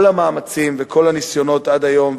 כל המאמצים וכל הניסיונות עד היום,